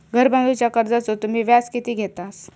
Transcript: घर बांधूच्या कर्जाचो तुम्ही व्याज किती घेतास?